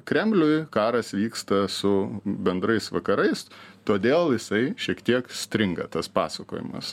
kremliui karas vyksta su bendrais vakarais todėl jisai šiek tiek stringa tas pasakojimas